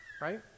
right